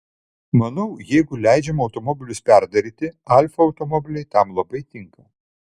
manau jeigu leidžiama automobilius perdaryti alfa automobiliai tam labai tinka